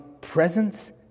presence